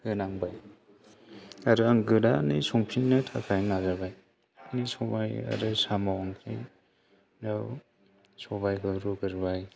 होनांबाय आरो आङो गोदानै संफिननो थाखाय नाजाबाय बिदिनो सबाय आरो साम' ओंख्रियाव सबायखौ रुग्रोबाय